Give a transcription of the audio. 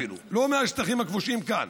לא מהשטחים הכבושים כאן,